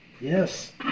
Yes